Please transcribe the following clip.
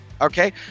Okay